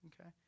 okay